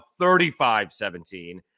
35-17